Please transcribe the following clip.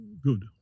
good